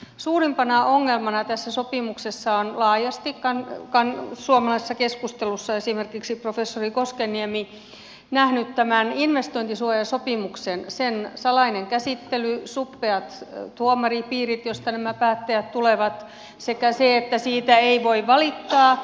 suurimpana ongelmana tässä sopimuksessa on laajasti suomalaisessa keskustelussa esimerkiksi professori koskenniemi nähnyt investointisuojasopimuksen sen salaisen käsittelyn suppeat tuomaripiirit joista nämä päättäjät tulevat sekä sen että siitä ei voi valittaa